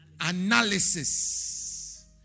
analysis